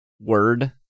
word